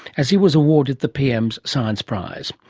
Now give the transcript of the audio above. as he was awarded the pm's science prize.